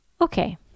Okay